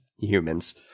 humans